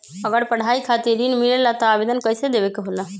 अगर पढ़ाई खातीर ऋण मिले ला त आवेदन कईसे देवे के होला?